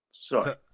Sorry